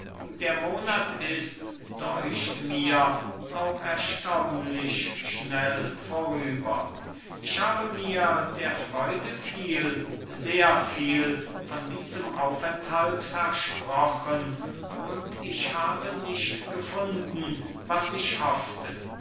der monat ist deucht mir auch erstaunlich schnell vorüber ich habe mir der freude viel sehr viel von diesem aufenthalt versprochen und ich habe nicht gefunden was ich hoffte